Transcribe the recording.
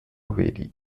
vary